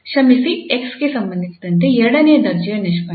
ಕ್ಷಮಿಸಿ 𝑥 ಗೆ ಸಂಬಂಧಿಸಿದಂತೆ ಎರಡನೇ ದರ್ಜೆಯ ನಿಷ್ಪನ್ನ